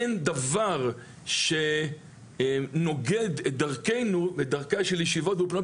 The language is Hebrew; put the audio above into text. אין דבר שנוגד את דרכינו ואת דרכה של ישיבות ואולפנות